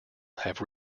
have